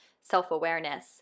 self-awareness